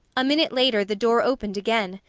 a minute later the door opened again.